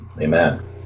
Amen